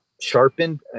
sharpened